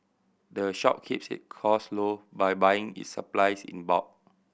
the shop keeps its cost low by buying its supplies in bulk